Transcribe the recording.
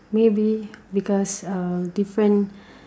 maybe because um different